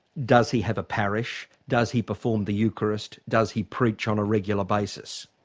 does he has a parish? does he perform the eucharist, does he preach on a regular basis?